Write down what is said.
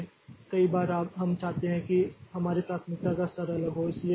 इसलिए कई बार अगर हम चाहते हैं कि हमारी प्राथमिकता का स्तर अलग हो